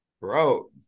Bro